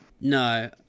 No